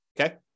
okay